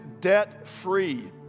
debt-free